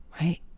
Right